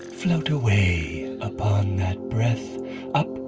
float away upon that breath up,